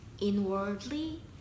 Inwardly